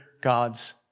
God's